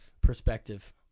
perspective